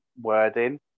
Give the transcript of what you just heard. wording